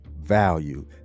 value